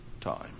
time